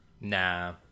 nah